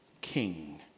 King